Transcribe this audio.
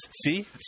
See